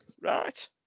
Right